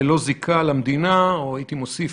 ללא זיקה למדינה או שהייתי מוסיף,